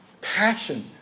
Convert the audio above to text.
Passion